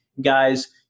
guys